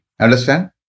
Understand